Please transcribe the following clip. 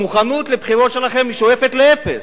המוכנות לבחירות שלכם שואפת לאפס.